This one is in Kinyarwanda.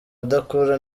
adakura